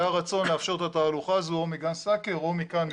היה רצון לאפשר את התהלוכה הזו מגן סאקר או מכאן,